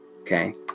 Okay